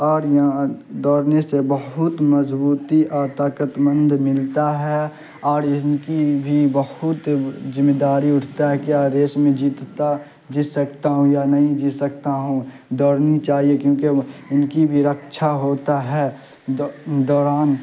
اور دوڑنے سے بہت مضبوطی اور طاقتمند ملتا ہے اور ان کی بھی بہت ذمے داری اٹھتا ہے کہ ہر ریس میں جدتا جیت سکتا ہوں یا نہیں جیت سکتا ہوں دوڑنی چاہیے کیونکہ ان کی بھی رکشا ہوتا ہے دو دوران